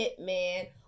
hitman